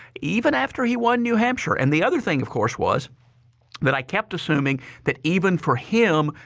even after he won new hampshire. and the other thing of course was that i kept assuming that even for him,